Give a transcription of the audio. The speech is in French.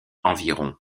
environ